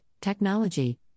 technology